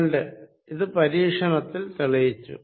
രണ്ട് ഇത് പരീക്ഷണത്തിൽ തെളിയിച്ചു